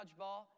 dodgeball